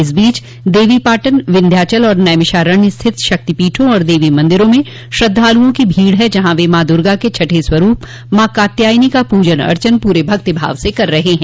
इस बीच देवीपाटन विन्ध्याचल और नैमिषारण्य स्थित शक्तिपीठों और देवी मंदिरों में श्रद्धालुओं की भीड़ है जहां वे माँ दुर्गा के छठें स्वरूप माँ कात्यायनी का पूजन अर्चन पूरे भक्तिभाव से कर रहे हैं